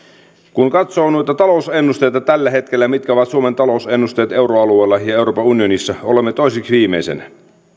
kun katsoo noita talousennusteita tällä hetkellä mitkä ovat suomen talousennusteet euroalueella ja euroopan unionissa olemme toiseksi viimeisenä jos